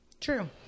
True